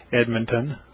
Edmonton